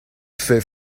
fait